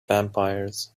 vampires